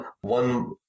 one